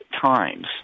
times